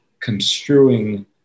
construing